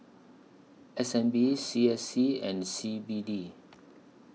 S N B C S C and C B D